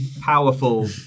powerful